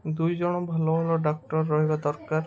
ଦୁଇଜଣ ଭଲ ଭଲ ଡକ୍ଟର ରହିବା ଦରକାର